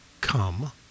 Come